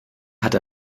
hatte